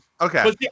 Okay